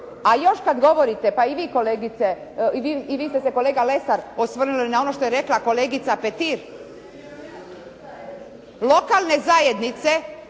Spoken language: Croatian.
Ali još kad govorite, pa i vi kolegice, i vi ste se kolega Lesar osvrnuli na ono što je rekla kolegica Petir. Lokalne zajednice